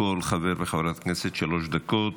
לכל חבר וחברת כנסת שלוש דקות.